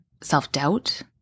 self-doubt